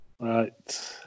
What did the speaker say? Right